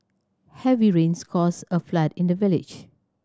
heavy rains caused a flood in the village